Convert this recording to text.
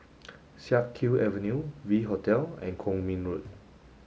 Siak Kew Avenue V Hotel and Kwong Min Road